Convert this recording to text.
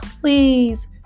please